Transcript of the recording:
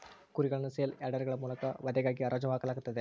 ಕುರಿಗಳನ್ನು ಸೇಲ್ ಯಾರ್ಡ್ಗಳ ಮೂಲಕ ವಧೆಗಾಗಿ ಹರಾಜು ಹಾಕಲಾಗುತ್ತದೆ